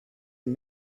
and